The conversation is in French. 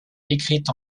écrites